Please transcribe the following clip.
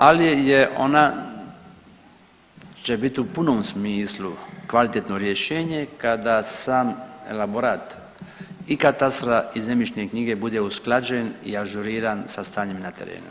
Ali je ona, će biti u punom smislu kvalitetno rješenje kada sam elaborat i katastra i zemljišne knjige bude usklađen i ažuriran sa stanjem na terenu.